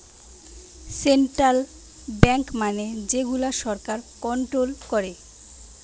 central bank মানে যে গুলা সরকার কন্ট্রোল করে